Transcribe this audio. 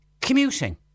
commuting